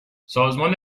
سازمان